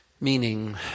Meaning